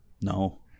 No